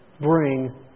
bring